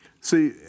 see